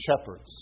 shepherds